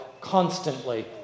constantly